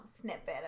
snippet